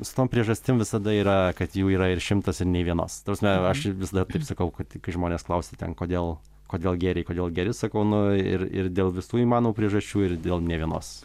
su tom priežastim visada yra kad jų yra ir šimtas ir nei vienos ta prasme aš visada taip sakau kad kai žmonės klausia ten kodėl kodėl gėrei kodėl geri sakau nu ir ir dėl visų įmanomų priežasčių ir dėl ne vienos